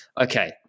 Okay